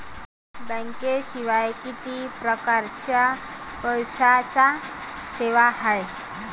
बँकेशिवाय किती परकारच्या पैशांच्या सेवा हाय?